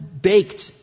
baked